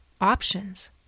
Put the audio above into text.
options